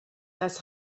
das